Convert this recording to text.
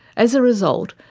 as a result,